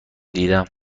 دیدم